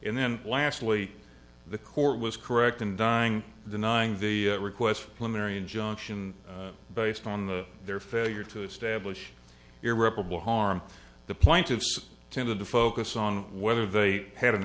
nd then lastly the court was correct in dying denying the request plumeri injunction based on the their failure to establish irreparable harm the plaintiffs tended to focus on whether they had an